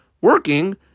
working